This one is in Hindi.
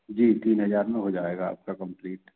जी तीन हज़ार में हो जाएगा आपका कम्पलीट